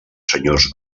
senyors